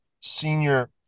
senior